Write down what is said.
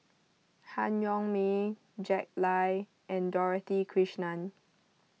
Han Yong May Jack Lai and Dorothy Krishnan